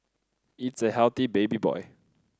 it's a healthy baby boy